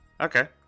Okay